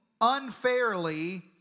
unfairly